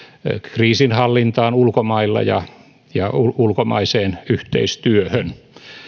kriisinhallintaan ulkomailla ja ja ulkomaiseen yhteistyöhön